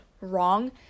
wrong